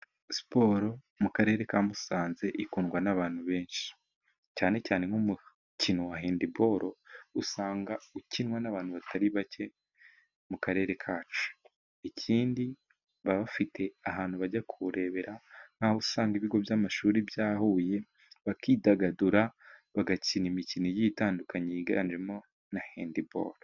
Siporo mu Karere ka Musanze ikundwa n'abantu benshi cyane cyane nk'umukino wa hendiboro, usanga ukinwa n'abantu batari bake mu karere kacu. Ikindi baba bafite ahantu bajya kuwurebera nk'aho usanga ibigo by'amashuri byahuye, bakidagadura, bagakina imikino igiye itandukanye yiganjemo na hendiboro.